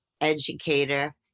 educator